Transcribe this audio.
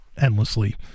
endlessly